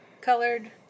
colored